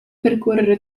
percorrere